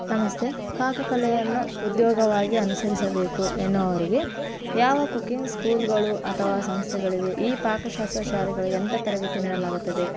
ನಮಸ್ತೆ ಪಾಕಕಲೆಯನ್ನು ಉದ್ಯೋಗವಾಗಿ ಅನುಸರಿಸಬೇಕು ಎನ್ನುವವರಿಗೆ ಯಾವ ಕುಕಿಂಗ್ ಸ್ಕೂಲ್ಗಳು ಅಥವಾ ಸಂಸ್ಥೆಗಳಿವೆ ಈ ಪಾಕಶಾಸ್ತ್ರ ಶಾಲೆಗಳು ಎಂಥ ತರಬೇತಿ ನೀಡಲಾಗುತ್ತದೆ